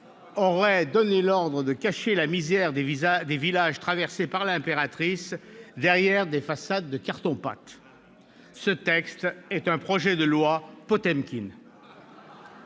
aurait donné l'ordre de cacher la misère des villages traversés par l'impératrice derrière des façades de carton-pâte. Il n'était pas Premier